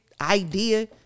idea